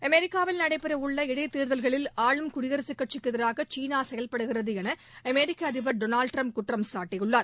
அமெரிக்காவில் நடைபெற உள்ள இடைத் தேர்தல்களில் ஆளும் குடியரசுக் கட்சிக்கு எதிராக சீனா செயல்படுகிறது என அமெரிக்க அதிபர் திரு டொனால்ட் ட்ரம்ப் குற்றம் சாட்டியுள்ளார்